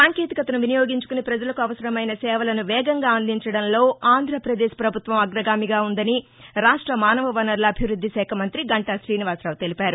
సాంకేతికతను వినియోగించుకుని ప్రజలకు అవసరమైన సేవలను వేగంగా అందించడంలో ఆంధ్రప్రదేశ్ ప్రభుత్వం అగ్రగామిగా ఉందని రాష్ట మానవ వనరుల అభివృద్ది శాఖ మంతి గంటా రీనివాసరావు తెలిపారు